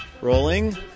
rolling